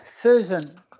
Susan